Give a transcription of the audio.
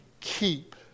keep